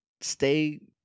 stay